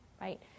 right